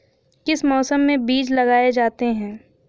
किस मौसम में बीज लगाए जाते हैं?